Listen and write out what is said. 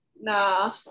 Nah